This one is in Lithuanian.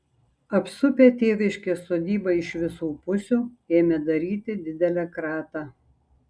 apsupę tėviškės sodybą iš visų pusių ėmė daryti didelę kratą